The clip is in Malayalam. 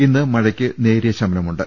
ഇന്ന് മഴയ്ക്ക് നേരിയ ശമനമുണ്ട്